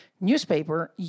newspaper